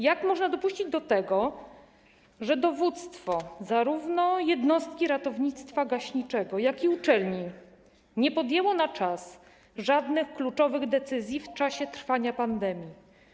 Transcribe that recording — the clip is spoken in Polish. Jak można dopuścić do tego, że dowództwo zarówno jednostki ratownictwa gaśniczego, jak i uczelni nie podjęło na czas żadnych kluczowych decyzji w czasie trwania pandemii?